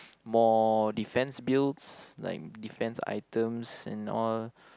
more defense builds like defense items and all